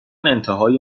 انتهای